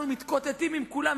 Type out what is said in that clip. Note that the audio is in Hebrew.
אנחנו מתקוטטים עם כולם,